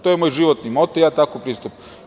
To je moj životni moto i tako pristupam.